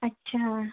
আচ্ছা